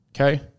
okay